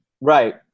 Right